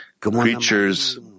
creatures